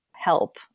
help